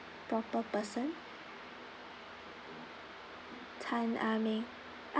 proper person tan ah meng